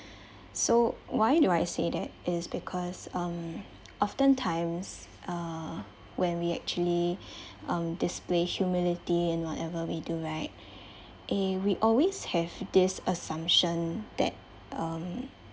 so why do I say that is because um often times uh when we actually um display humility in whatever we do right eh we always have this assumption that um